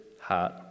heart